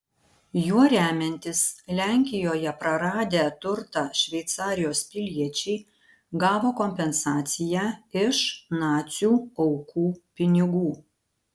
juo remiantis lenkijoje praradę turtą šveicarijos piliečiai gavo kompensaciją iš nacių aukų pinigų